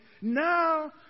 Now